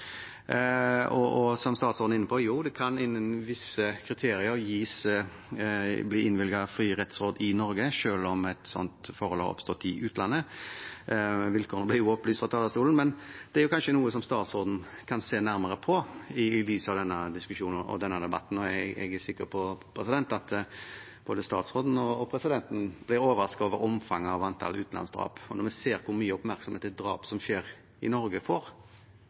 Som statsråden var inne på, kan det innenfor visse kriterier bli innvilget fritt rettsråd i Norge selv om et slikt forhold har oppstått i utlandet. Vilkårene ble det opplyst om fra talerstolen. Men det er kanskje noe statsråden kan se nærmere på, i lys av denne debatten. Jeg er sikker på at både statsråden og presidenten ble overrasket over det store antallet utenlandsdrap. Når vi ser hvor mye oppmerksomhet et drap som skjer i Norge, får,